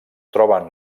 troben